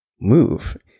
move